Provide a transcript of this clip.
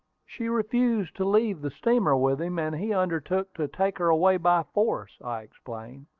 she refused to leave the steamer with him, and he undertook to take her away by force, i explained.